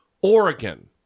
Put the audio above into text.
Oregon